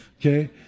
Okay